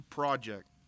project